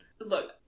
Look